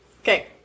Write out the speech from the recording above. Okay